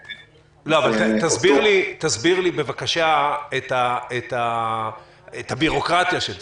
תסביר לי בבקשה את הבירוקרטיה של זה.